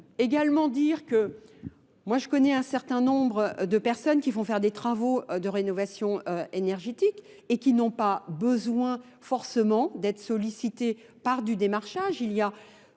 également dire que Moi je connais un certain nombre de personnes qui font faire des travaux de rénovation énergétique et qui n'ont pas besoin forcément d'être sollicités par du démarchage.